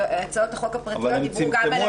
הצעות החוק הפרטיות--- אבל הם צמצמו.